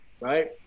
right